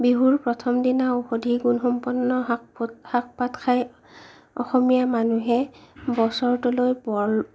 বিহুৰ প্ৰথম দিনা ঔষধি গুণ সম্পন্ন শাপ পাত খাই অসমীয়া মানুহে বছৰটোলৈ বল